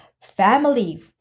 family